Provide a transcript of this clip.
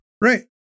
Right